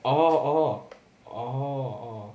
orh orh orh orh